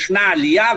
ישנה עלייה,